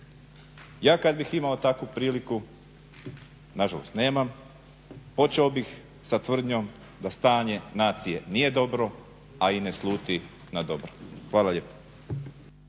Ja kada bih imao takvu priliku, nažalost nemam, počeo bih sa tvrdnjom da stanje nacije nije dobro, a i ne sluti na dobro. Hvala lijepo.